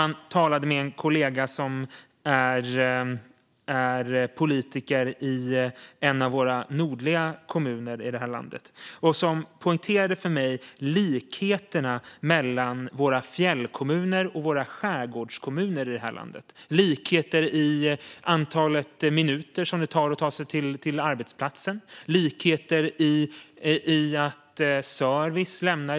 Jag talade med en kollega som är politiker i en av våra nordliga kommuner och som poängterade likheterna mellan fjällkommunerna och skärgårdskommunerna i landet. Det finns likheter i fråga om antalet minuter som det tar att ta sig till arbetsplatsen. Det finns likheter i fråga om att service försvinner.